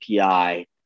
API